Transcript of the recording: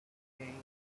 hey